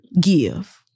give